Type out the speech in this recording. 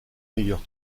meilleurs